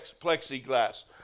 plexiglass